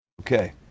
Okay